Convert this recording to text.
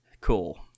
cool